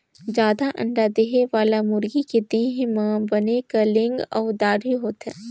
जादा अंडा देहे वाला मुरगी के देह म बने कलंगी अउ दाड़ी होथे